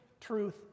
truth